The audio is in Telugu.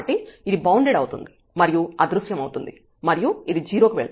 కాబట్టి ఇది బౌండెడ్ అవుతుంది మరియు అదృశ్యమవుతుంది మరియు ఇది 0 కి వెళ్తుంది